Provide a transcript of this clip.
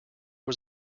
was